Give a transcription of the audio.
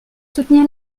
soutenir